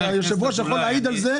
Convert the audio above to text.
היושב-ראש יכול להעיד על זה,